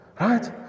right